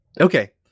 Okay